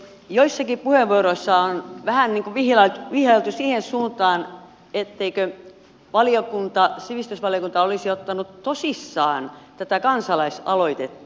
joissakin puheenvuoroissa on vähän niin kuin vihjailtu siihen suuntaan etteikö sivistysvaliokunta olisi ottanut tosissaan tätä kansalaisaloitetta